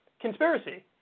conspiracy